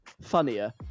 funnier